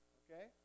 okay